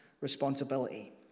responsibility